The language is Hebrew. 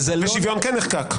ושוויון כן נחקק?